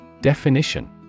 Definition